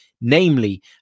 namely